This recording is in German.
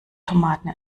tomaten